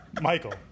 Michael